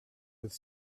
with